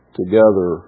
together